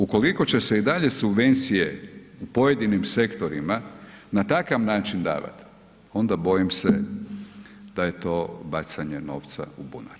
Ukoliko će se i dalje subvencije u pojedinim sektorima na takav način davati, onda bojim se da je to bacanje novca u bunar.